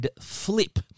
Flip